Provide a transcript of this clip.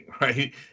right